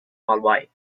malawi